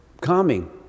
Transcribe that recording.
calming